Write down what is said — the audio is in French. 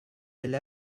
elle